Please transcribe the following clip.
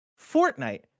Fortnite